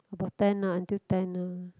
about ten lah until ten lah